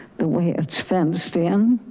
the way it's fenced in